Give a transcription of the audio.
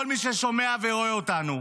כל מי ששומע ורואה אותנו,